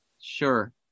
Sure